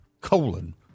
colon